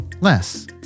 less